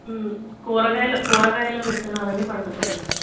కూరగాయల కూరగాయల విత్తనాలన్నీ పండుతాయండి